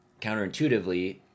counterintuitively